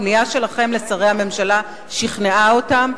הפנייה שלכם לשרי הממשלה שכנעה אותם,